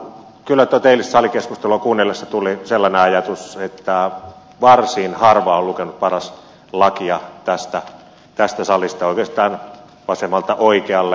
kyllä tuota eilistä salikeskustelua kuunnellessa tuli sellainen ajatus että varsin harva on lukenut paras lakia tässä salissa oikeastaan vasemmalta oikealle